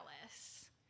Dallas